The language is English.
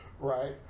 Right